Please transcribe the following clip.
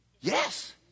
Yes